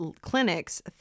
clinics